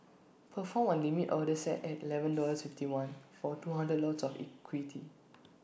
perform A limit order set at Eleven dollars fifty one for two hundred of equity